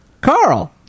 Carl